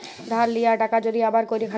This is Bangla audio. ধার লিয়া টাকা যদি আবার ক্যইরে খাটায়